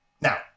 Now